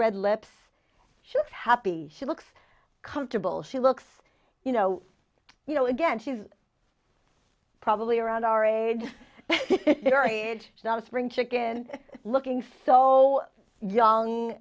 red lips just happy she looks comfortable she looks you know you know again she's probably around our age her age not a spring chicken looking so young